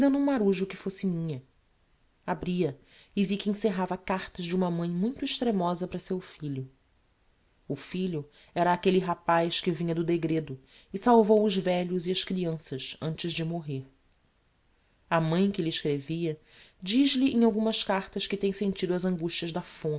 um marujo que fosse minha abri-a e vi que encerrava cartas de uma mãi muito extremosa para seu filho o filho era aquelle rapaz que vinha do degredo e salvou os velhos e as crianças antes de morrer a mãi que lhe escrevia diz-lhe em algumas cartas que tem sentido as angustias da